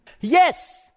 Yes